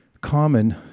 common